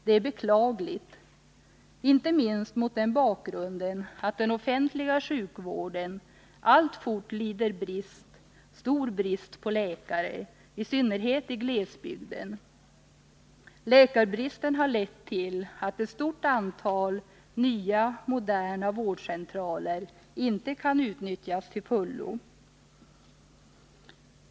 Det är beklagligt, inte minst mot den bakgrunden att den offentliga sjukvården alltfort lider stor brist på läkare i synnerhet i glesbygden. Läkarbristen harlett till att ett stort antal nya moderna vårdcentraler inte kan utnyttjas till fullo.